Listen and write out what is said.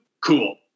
Cool